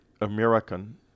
American